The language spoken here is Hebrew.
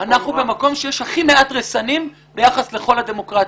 אנחנו במקום שיש הכי מעט רסנים ביחס לכל הדמוקרטיות: